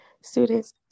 students